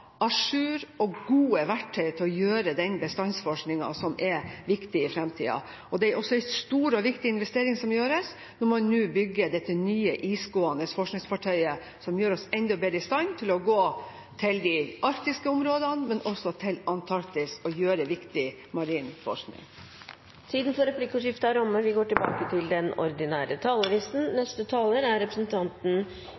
og gode verktøy til å gjøre den bestandsforskningen som er viktig i fremtiden. Det er også en stor og viktig investering som gjøres når man nå bygger dette nye isgående forskningsfartøyet som gjør oss enda bedre i stand til å gå til de arktiske områdene, og også til Antarktis, og gjøre viktig marin forskning. Replikkordskiftet er omme. Næringsbudsjettet for neste år dreier seg om hva vi